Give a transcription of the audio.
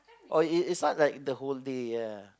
oh it is not like the whole day ya